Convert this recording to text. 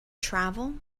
travel